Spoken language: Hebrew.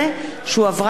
שהחזירה ועדת הכלכלה.